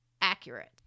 accurate